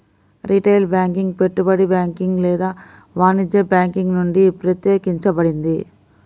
retail banking పెట్టుబడి banking లేదా వాణిజ్య బ్యాంకింగ్ నుండి ప్రత్యేకించబడింది